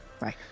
Right